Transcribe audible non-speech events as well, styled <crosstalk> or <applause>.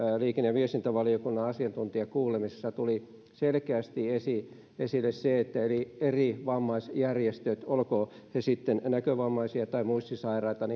liikenne ja viestintävaliokunnan asiantuntijakuulemisessa tuli selkeästi esille se esille se että eri vammaisjärjestöt toivat esille sen että olkoon kyse sitten näkövammaisista tai muistisairaista <unintelligible>